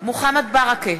מוחמד ברכה,